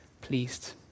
pleased